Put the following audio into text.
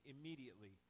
Immediately